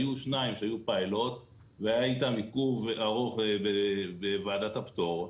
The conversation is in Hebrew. היו שניים שהיו פיילוט והיה איתם עיכוב ארוך בוועדת הפטור.